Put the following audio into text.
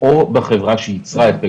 או בחברה שייצרה את פגסוס,